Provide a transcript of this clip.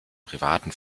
privaten